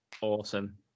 awesome